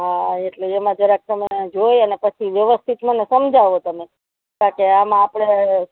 હં એટલે એમાં જરાક તમારે જોઈ અને પછી વ્યવસ્થિત મને સમજવો તમે કારણ કે આમાં આપણે